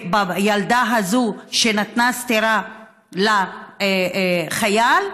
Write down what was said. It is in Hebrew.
בילדה הזאת שנתנה סטירה לחייל.